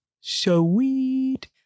Sweet